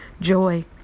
joy